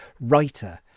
writer